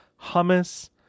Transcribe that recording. hummus